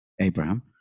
abraham